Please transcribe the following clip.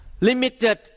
limited